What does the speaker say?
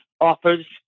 offers